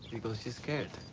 because she's scared.